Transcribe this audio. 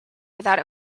without